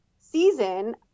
season